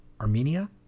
Armenia